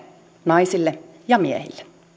naisille ja miehille